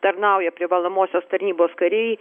tarnauja privalomosios tarnybos kariai